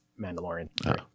Mandalorian